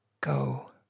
Go